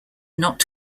not